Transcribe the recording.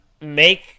make